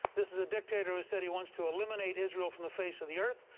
this is a dictator who said he wants to eliminate israel from the face of the earth.